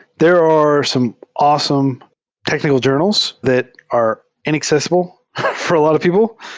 there are some awesome technical journals that are inaccess ible for a lot of people.